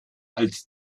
als